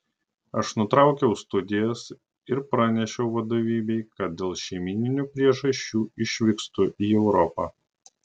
aš nutraukiau studijas ir pranešiau vadovybei kad dėl šeimyninių priežasčių išvykstu į europą